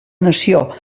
nació